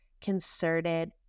concerted